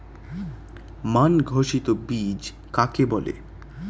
মান ঘোষিত বীজ কাকে বলে?